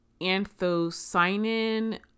anthocyanin